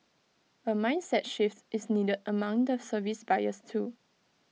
A mindset shift is needed among the service buyers too